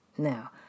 Now